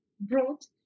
brought